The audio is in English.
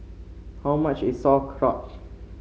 how much is Sauerkraut